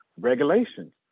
regulations